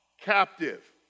captive